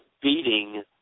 beating